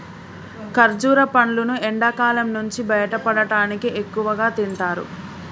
ఖర్జుర పండ్లును ఎండకాలం నుంచి బయటపడటానికి ఎక్కువగా తింటారు